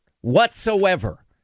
whatsoever